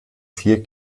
vier